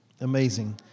amazing